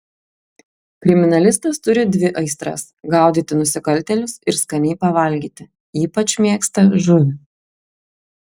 kriminalistas turi dvi aistras gaudyti nusikaltėlius ir skaniai pavalgyti ypač mėgsta žuvį